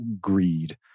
greed